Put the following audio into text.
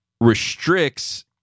restricts